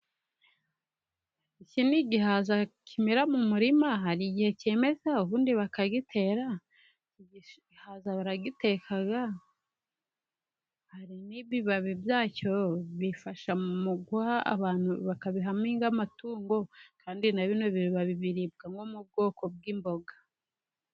Iki ni igihaza kimera mu murima, hari igihe kimeza ubundi bakagitera. Igihaza baragiteka n'ibibabi byacyo bifasha mu guha abantu bakabihamo amatungo, kandi na bino bibabi bibarwa mu bwoko bw'imboga.